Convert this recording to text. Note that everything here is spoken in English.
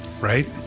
Right